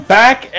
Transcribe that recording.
back